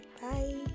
Bye